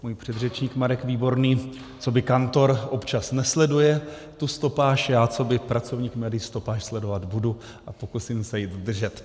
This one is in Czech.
Můj předřečník Marek Výborný coby kantor občas nesleduje tu stopáž, já, coby pracovník médií stopáž sledovat budu a pokusím se ji dodržet.